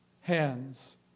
hands